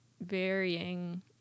varying